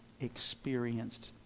experienced